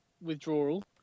withdrawal